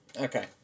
Okay